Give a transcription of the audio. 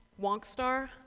wok star!